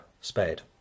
spared